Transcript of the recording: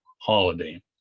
holiday